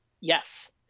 Yes